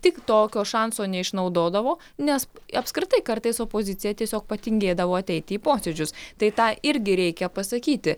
tik tokio šanso neišnaudodavo nes apskritai kartais opozicija tiesiog patingėdavo ateiti į posėdžius tai tą irgi reikia pasakyti